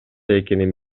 экенин